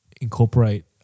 incorporate